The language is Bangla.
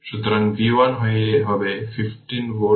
সুতরাং v 1 হবে 15 ভোল্ট